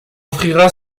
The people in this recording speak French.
offrira